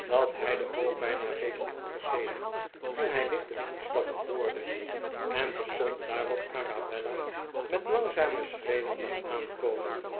dat hij de hoop bijna reeds had opgegeven toen hij lichte voetstappen hoorde en terstond daarop arabella met langzame schreden zag aankomen